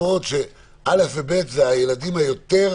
זה הילדים הקטנים יותר